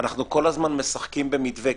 אנחנו כל הזמן משחקים במתווה,